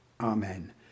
Amen